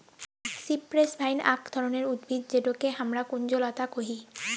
cypress vine আক ধরণের উদ্ভিদ যেটোকে হামরা কুঞ্জলতা কোহি